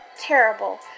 terrible